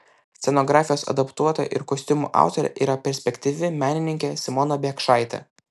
scenografijos adaptuotoja ir kostiumų autorė yra perspektyvi menininkė simona biekšaitė